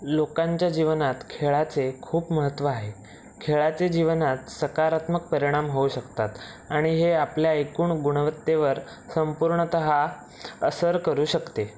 लोकांच्या जीवनात खेळाचे खूप महत्त्व आहे खेळाचे जीवनात सकारात्मक परिणाम होऊ शकतात आणि हे आपल्या एकूण गुणवत्तेवर संपूर्णतः असर करू शकते